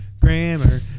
grammar